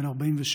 בן 46,